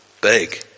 big